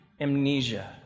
amnesia